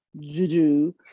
juju